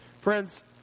Friends